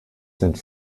sind